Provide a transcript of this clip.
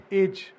age